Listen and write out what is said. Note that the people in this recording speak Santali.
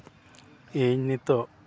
ᱤᱧ ᱱᱤᱛᱚᱜ